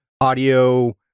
Audio